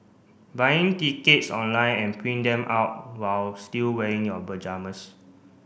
buying tickets online and print them out while still wearing your pyjamas